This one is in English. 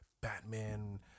batman